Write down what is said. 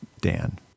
Dan